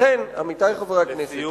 לכן, עמיתי חברי הכנסת, לסיום.